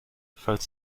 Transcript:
falls